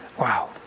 Wow